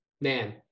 man